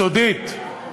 הסודית,